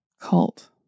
cult